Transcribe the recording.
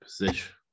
position